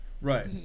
Right